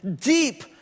deep